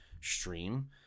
stream